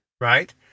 right